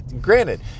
granted